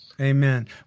Amen